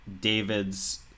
David's